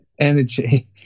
energy